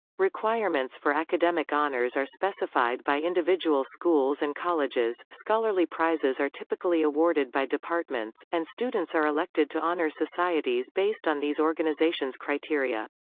requirements for academic honors are specified by individual schools and colleges, scholarly prizes are typically awarded by departments, and students are elected to honor societies based on these organizations' criteria.